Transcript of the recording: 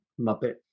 Muppet